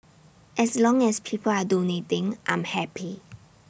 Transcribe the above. as long as people are donating I'm happy